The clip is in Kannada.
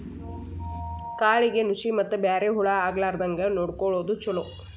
ಕಾಳಿಗೆ ನುಶಿ ಮತ್ತ ಬ್ಯಾರೆ ಹುಳಾ ಆಗ್ಲಾರಂಗ ನೊಡಕೊಳುದು ಚುಲೊ